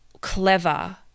clever